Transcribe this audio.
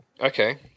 Okay